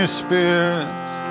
spirits